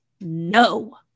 No